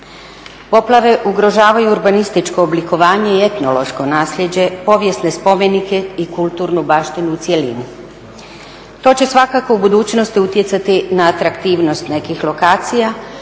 Poplave ugrožavaju urbanističko oblikovanje i etnološko naslijeđe, povijesne spomenike i kulturnu baštinu u cjelini. To će svakako u budućnosti utjecati na atraktivnost nekih lokacija,